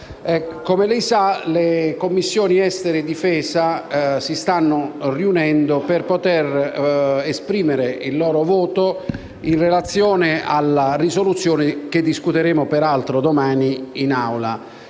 Come lei sa, le Commissioni esteri e difesa si stanno per riunire per poter esprimere il loro voto in relazione alla risoluzione che discuteremo domani in Aula